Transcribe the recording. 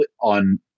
on